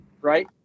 right